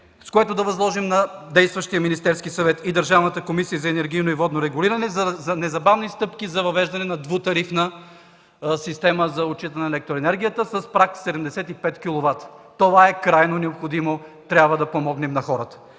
с което да възложим на действащия Министерски съвет и на Държавната комисия за енергийно и водно регулиране незабавни стъпки за въвеждане на двутарифна система за отчитане на електроенергията с праг 75 киловата. Това е крайно необходимо. Трябва да помогнем на хората.